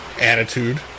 Attitude